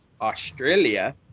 Australia